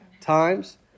times